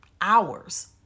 hours